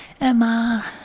Emma